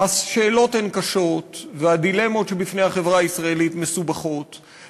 השאלות הן קשות והדילמות העומדות בפני החברה הישראלית הן מסובכות,